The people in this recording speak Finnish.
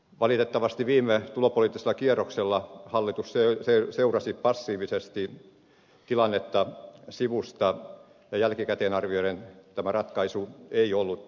valitettavasti viime tulopoliittisella kierroksella hallitus seurasi passiivisesti tilannetta sivusta ja jälkikäteen arvioiden tämä ratkaisu ei ollut hyvä